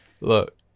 Look